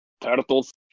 turtles